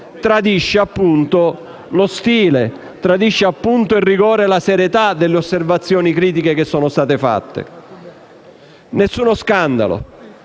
tradisce appunto lo stile, il rigore e la serietà delle osservazioni critiche che sono state fatte. Nessuno scandalo.